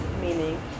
meaning